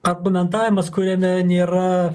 argumentavimas kuriame nėra